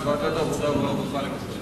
בוועדת העבודה והרווחה למשל.